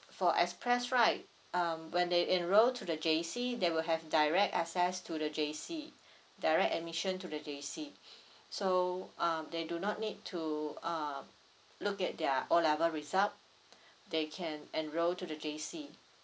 for express right um when they enrol to the J_C they will have direct access to the J_C direct admission to the J_C so ah they do not need to ah look at their O level result they can enrol to the J_C